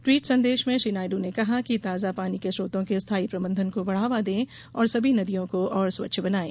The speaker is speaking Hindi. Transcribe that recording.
ट्वीट संदेश में श्री नायड् ने कहा कि ताजा पानी के स्रोतों के स्थायी प्रबंधन को बढ़ावा दें और सभी नदियों को और स्वच्छ बनाएं